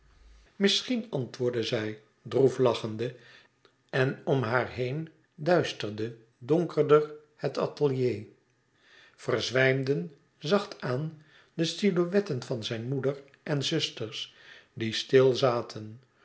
misschien antwoordde zij droef lachende en om haar heen duisterde donkerder het atelier verzwijmden zacht aan de silhouetten van zijn moeder en zusters die stil zaten